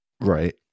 Right